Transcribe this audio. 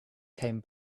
came